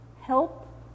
help